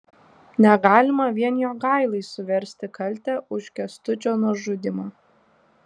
negalima vien jogailai suversti kaltę už kęstučio nužudymą